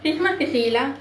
christmas செய்யலாம்:seiyalaam